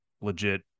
legit